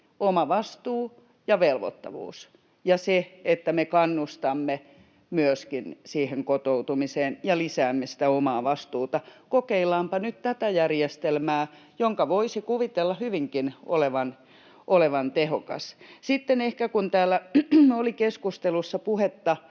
oma vastuu ja velvoittavuus ja se, että me kannustamme myöskin siihen kotoutumiseen ja lisäämme sitä omaa vastuuta. Kokeillaanpa nyt tätä järjestelmää, jonka voisi kuvitella hyvinkin olevan tehokas. Sitten kun täällä oli keskustelussa puhetta